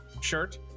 shirt